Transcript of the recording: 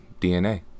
DNA